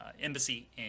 embassy